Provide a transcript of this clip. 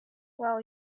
well